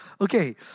Okay